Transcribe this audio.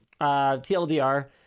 TLDR